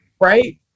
right